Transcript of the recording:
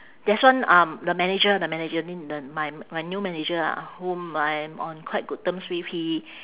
there's one um the manager the manager n~ the my my new manager ah whom I am on quite good terms with he